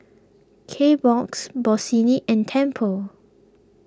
Kbox Bossini and Tempur